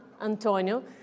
Antonio